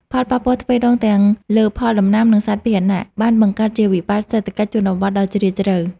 ផលប៉ះពាល់ទ្វេដងទាំងលើផលដំណាំ និងសត្វពាហនៈ បានបង្កើតជាវិបត្តិសេដ្ឋកិច្ចជនបទដ៏ជ្រាលជ្រៅ។